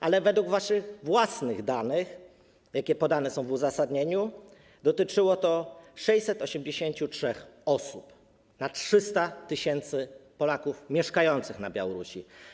Ale według waszych własnych danych, które są podane w uzasadnieniu, dotyczyło to 683 osób na 300 tys. Polaków mieszkających na Białorusi.